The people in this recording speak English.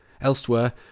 Elsewhere